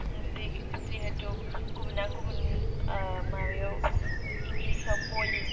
जिहेथु गुबुना गुबुन माबायाव इंलिसआव बइल